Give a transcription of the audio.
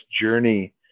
journey